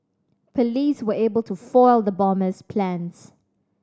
police were able to foil the bomber's plans